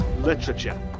literature